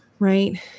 Right